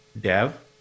dev